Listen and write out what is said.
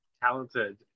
talented